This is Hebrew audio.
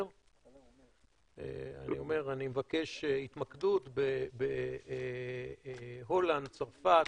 אני מבקש התמקדות בהולנד, צרפת,